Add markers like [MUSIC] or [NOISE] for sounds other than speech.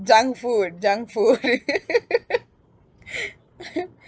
junk food junk food [LAUGHS]